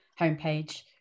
Homepage